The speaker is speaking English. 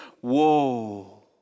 whoa